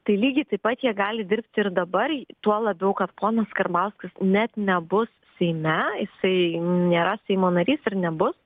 tai lygiai taip pat jie gali dirbti ir dabar tuo labiau kad ponas karbauskis net nebus seime jisai nėra seimo narys ir nebus